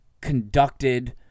conducted